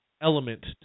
element